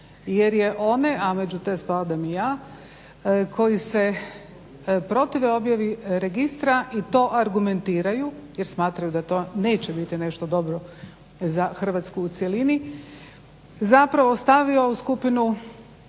jer je one, a među te spadam i ja koji se protive objavi registra i to argumentiraju jer smatraju da to neće biti nešto dobro za Hrvatsku u cjelini zapravo stavio u skupinu